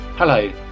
Hello